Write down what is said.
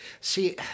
See